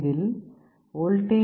இதில் வோல்டேஜ் ஆனது V 2